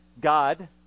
God